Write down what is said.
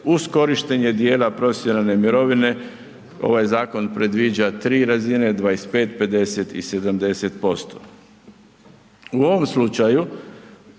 uz korištenje dijela profesionalne mirovine. Ovaj zakon predviđa 3 razine 25, 50 i 70%. U ovom slučaju